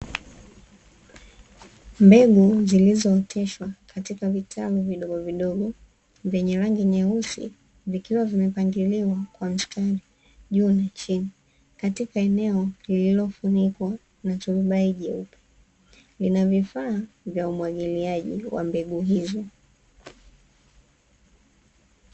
Mbegu zilizooteshwa katika vitalu vidogovidogo vyenye rangi nyeusi, vikiwa vimepangiliwa kwa mstari juu na chini katika eneno lililofunikwa na turubai jeupe, lina vifaa vya umwagiliaji wa mbegu hizo.